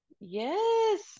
Yes